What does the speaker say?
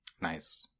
nice